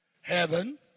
Heaven